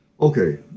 Okay